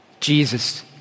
Jesus